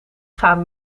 gaan